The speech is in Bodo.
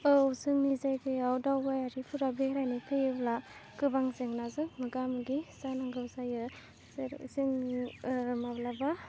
औ जोंनि जायगायाव दावबायारिफोरा बेरायनो फैयोब्ला गोबां जेंनाजों मोगा मोगि जानांगौ जायो जेरै जोंनि माब्लाबा